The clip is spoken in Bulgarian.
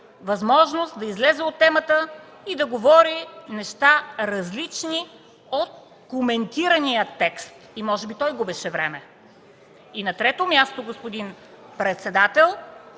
възможност да излезе от темата и да говори неща, различни от коментирания текст. И може би той губеше време. И на трето място, господин председател,